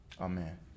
Amen